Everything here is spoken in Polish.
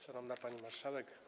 Szanowna Pani Marszałek!